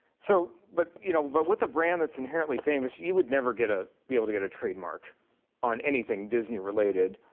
so, but you know, but with a brand that's inherently famous you would never ah be able to get a trademark on anything disney related.